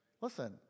Listen